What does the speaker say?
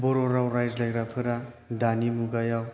बर' राव रायज्लायग्राफोरा दानि मुगायाव